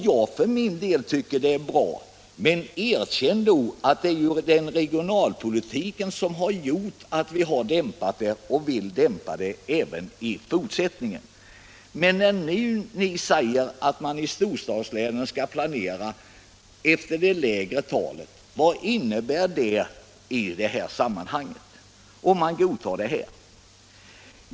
Jag för min del tycker att det är — regionalpolitik bra, men erkänn då att det är regionalpolitiken som har gjort att vi kunnat dämpa tillväxttakten och vill dämpa den även i fortsättningen. Vad innebär det när ni nu säger att planeringen i storstadslänen skall ligga på det lägre talet?